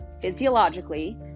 physiologically